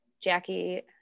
Jackie